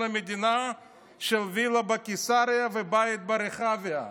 המדינה של וילה בקיסריה ובית ברחביה.